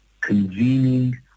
convening